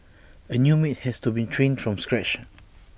A new maid has to be trained from scratch